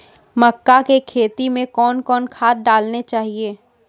मक्का के खेती मे कौन कौन खाद डालने चाहिए?